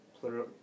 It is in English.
plural